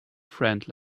friend